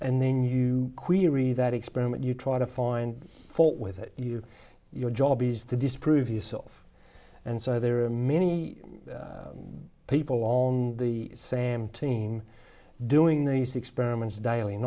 and then you query that experiment you try to find fault with it you your job is to disprove yourself and so there are many people on the same team doing these experiments d